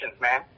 man